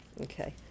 Okay